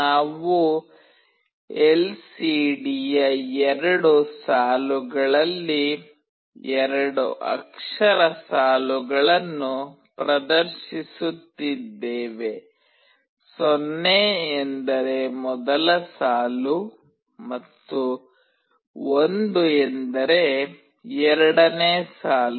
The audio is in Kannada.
ನಾವು ಎಲ್ಸಿಡಿಯ ಎರಡು ಸಾಲುಗಳಲ್ಲಿ ಎರಡು ಅಕ್ಷರ ಸಾಲುಗಳನ್ನು ಪ್ರದರ್ಶಿಸುತ್ತಿದ್ದೇವೆ 0 ಎಂದರೆ ಮೊದಲ ಸಾಲು ಮತ್ತು 1 ಎಂದರೆ ಎರಡನೇ ಸಾಲು